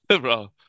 Bro